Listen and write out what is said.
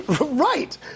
Right